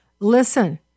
Listen